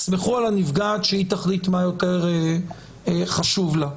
תסמכו על הנפגעת שהיא תחליט מה יותר חשוב לה.